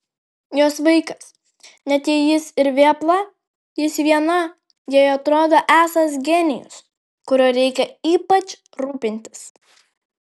jos vaikas net jei jis ir vėpla vis viena jai atrodo esąs genijus kuriuo reikia ypač rūpintis